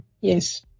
yes